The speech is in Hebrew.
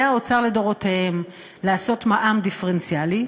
האוצר לדורותיהם לעשות מע"מ דיפרנציאלי,